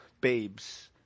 babes